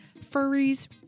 furries